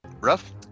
rough